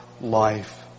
life